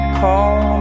call